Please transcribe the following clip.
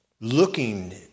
Looking